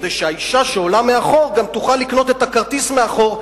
כדי שהאשה שעולה מאחור גם תוכל לקנות את הכרטיס מאחור,